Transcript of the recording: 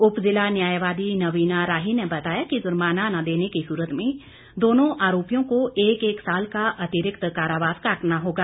उप ज़िला न्यायवादी नवीना राही ने बताया कि ज़र्माना न देने की सुरत में दोनों आरोपियों को एक एक साल का अतिरिक्त कारावास काटना होगा